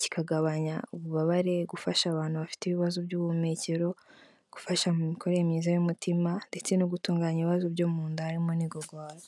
kikagabanya ububabare, gufasha abantu bafite ibibazo by'ubuhumekero, gufasha mu mikorere myiza y'umutima, ndetse no gutunganya ibibazo byo mu nda harimo n'igogora.